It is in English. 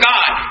God